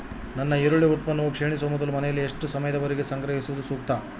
ನನ್ನ ಈರುಳ್ಳಿ ಉತ್ಪನ್ನವು ಕ್ಷೇಣಿಸುವ ಮೊದಲು ಮನೆಯಲ್ಲಿ ಎಷ್ಟು ಸಮಯದವರೆಗೆ ಸಂಗ್ರಹಿಸುವುದು ಸೂಕ್ತ?